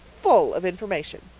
full of information.